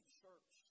church